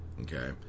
okay